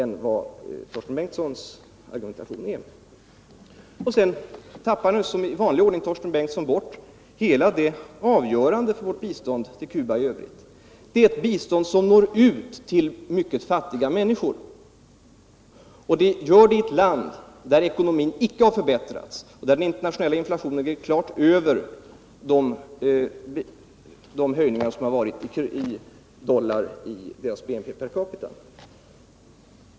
I vanlig ordning tappade Torsten Bengtson sedan bort det som i övrigt är avgörande för vårt bistånd till Cuba: Det är ett bistånd som når ut till mycket fattiga människor, och det gör det i ett land där ekonomin inte har förbättrats utan där den internationella inflationen ligger klart över de ökningar som förekommit i dollar i BNP per capita.